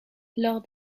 lors